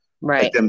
Right